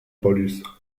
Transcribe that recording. police